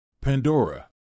Pandora